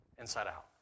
inside-out